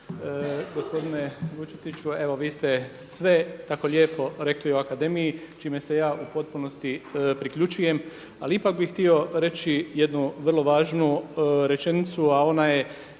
Gospodine Vučetiću, evo vi ste sve tako lijepo rekli o akademiji čime se ja u potpunosti priključujem, ali ipak bih htio reći jednu vrlo važnu rečenicu, a ona je